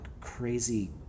crazy